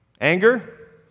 Anger